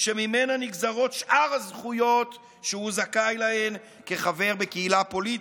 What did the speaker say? שממנה נגזרות שאר הזכויות שהוא זכאי להן כחבר בקהילה פוליטית.